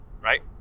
right